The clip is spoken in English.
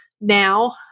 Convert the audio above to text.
now